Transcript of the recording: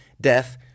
death